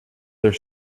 their